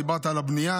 דיברת על הבנייה,